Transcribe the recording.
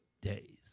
days